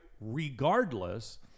regardless